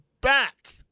back